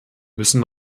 müssen